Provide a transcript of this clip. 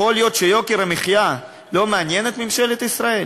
יכול להיות שיוקר המחיה לא מעניין את ממשלת ישראל?